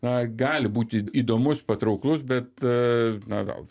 na gali būti įdomus patrauklus bet na gal